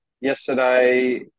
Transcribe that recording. yesterday